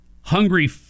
hungry